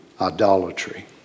idolatry